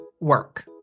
work